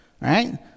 right